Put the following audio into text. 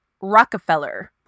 rockefeller